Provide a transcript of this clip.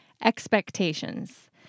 Expectations